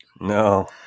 No